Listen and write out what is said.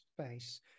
space